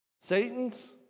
Satan's